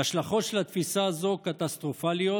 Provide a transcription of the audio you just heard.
ההשלכות של התפיסה הזאת הן קטסטרופליות,